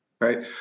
right